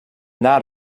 not